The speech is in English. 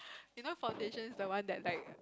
you know foundation is the one that like